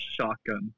shotgun